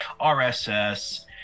RSS